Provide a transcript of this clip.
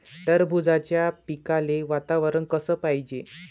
टरबूजाच्या पिकाले वातावरन कस पायजे?